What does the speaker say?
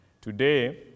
Today